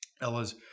ella's